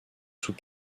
sous